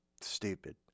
stupid